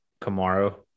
Kamara